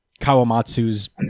Kawamatsu's